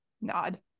nod